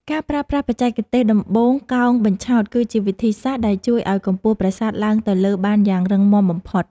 ការប្រើប្រាស់បច្ចេកទេសដំបូលកោងបញ្ឆោតគឺជាវិធីសាស្រ្តដែលជួយឱ្យកម្ពស់ប្រាសាទឡើងទៅលើបានយ៉ាងរឹងមាំបំផុត។